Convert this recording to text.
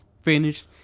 finish